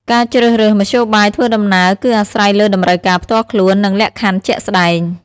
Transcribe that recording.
ការជ្រើសរើសមធ្យោបាយធ្វើដំណើរគឺអាស្រ័យលើតម្រូវការផ្ទាល់ខ្លួន និងលក្ខខណ្ឌជាក់ស្តែង។